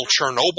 Chernobyl